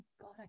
god